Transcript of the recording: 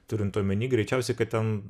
turint omeny greičiausiai kad ten